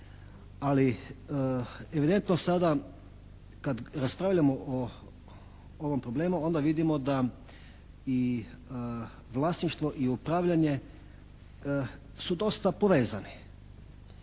ali evidentno sada kada raspravljamo o ovom problemu onda vidimo da i vlasništvo i upravljanje su dosta povezani.